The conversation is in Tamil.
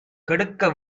கெடுக்க